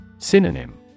Synonym